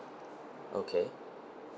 okay